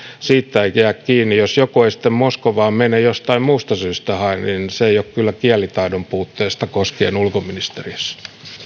siitä ei jää kiinni jos joku ei moskovaan mene tai jostain muusta syystä hae niin se ei ole kyllä kielitaidon puutteesta johtuen ulkoministeriössä